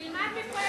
כשאתה דיברת,